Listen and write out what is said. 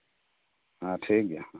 ᱦᱮᱸ ᱴᱷᱤᱠ ᱜᱮᱭᱟ ᱦᱮᱸ